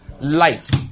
Light